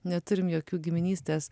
neturim jokių giminystės